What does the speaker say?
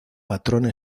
patrona